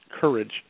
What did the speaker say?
courage